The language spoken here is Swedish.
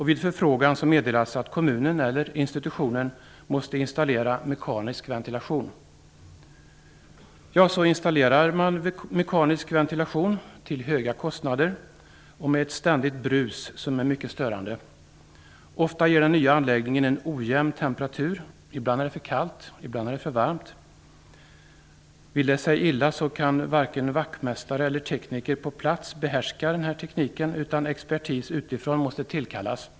Vid förfrågan meddelas att kommunen eller institutionen måste installera mekanisk ventilation. Så installerar man mekanisk ventilation till höga kostnader och med ett ständigt brus som är mycket störande som följd. Ofta ger den nya anläggningen en ojämn temperatur. Ibland är det för kallt. Ibland är det för varmt. Vill det sig illa kan varken vaktmästare eller tekniker på plats behärska tekniken, utan expertis utifrån måste tillkallas.